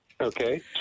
okay